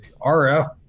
RF